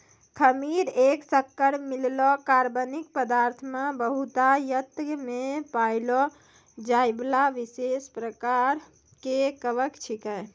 खमीर एक शक्कर मिललो कार्बनिक पदार्थ मे बहुतायत मे पाएलो जाइबला विशेष प्रकार के कवक छिकै